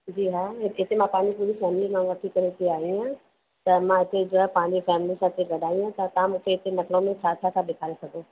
जी हा हिते मां पंहिंजी पूरी फैमिली खे वठी करे हिते आई आहियां त मां हिते जो आहे पंहिंजी फैमिली सां हिते गॾु आई आहियां त तव्हां मूंखे हिते लखनऊ में छा छा था ॾेखारे सघो